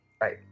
Right